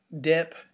dip